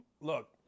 Look